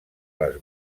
les